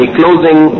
closing